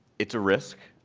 it's a risk.